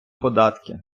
податки